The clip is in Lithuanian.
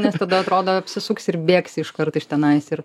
nes tada atrodo apsisuksi ir bėgsi iškart iš tenais ir